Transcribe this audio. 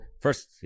first